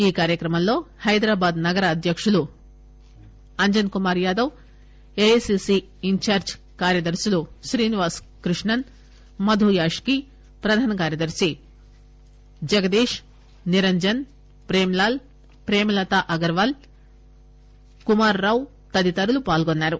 ఈ కార్యక్రమంలో హైదరాబాద్ నగర అధ్యకులు శ్రీ అంజన్ కుమార్ యాదవ్ ఏఐసీసీ ఇంచార్లి కార్యదర్పులు శ్రీనివాస్ కృష్ణన్ మధు యాష్కీ ప్రధాన కార్యదర్శి జగదీష్ నిరంజన్ ప్రేమ్ లాల్ ప్రేమలత అగర్వాల్ కుమార్ రావ్ తదితరులు పాల్గొన్నారు